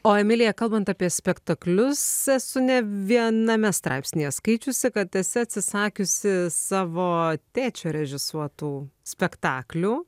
o emilija kalbant apie spektaklius esu ne viename straipsnyje skaičiusi kad esi atsisakiusi savo tėčio režisuotų spektaklių